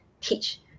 teach